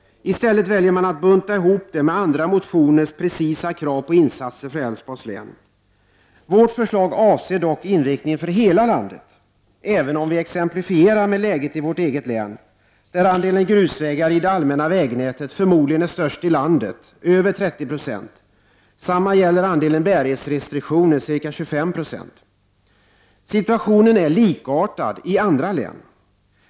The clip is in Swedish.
I stället väljer man att bunta ihop det med andra motioners precisa krav på insatser för Älvsborgs län. Vårt förslag avser dock inriktningen för hela landet, även om vi exemplifierar med läget i vårt eget län, där andelen grusvägar i det allmänna vägnätet förmodligen är störst i landet, med över 30 26. Detsamma gäller andelen bärighetsrestriktioner, som är ca 25 Jo. Situationen är likartad i andra län.